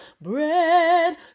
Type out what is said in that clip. bread